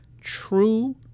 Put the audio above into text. true